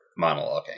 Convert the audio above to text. monologuing